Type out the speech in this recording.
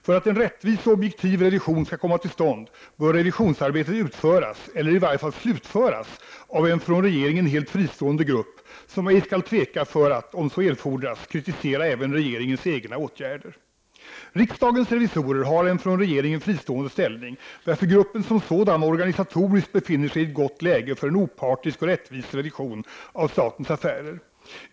För att en rättvis och objektiv revision skall komma till stånd, bör revisionsarbetet utföras — eller i varje fall slutföras — av en från regeringen helt fristående grupp som ej skall tveka att, om så erfordras, kritisera även regeringens egna åtgärder. Riksdagens revisorer har en från regeringen fristående ställning, varför gruppen som sådan organisatoriskt befinner sig i ett gott läge för en opartisk och rättvis revision av statens affärer.